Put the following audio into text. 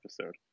episode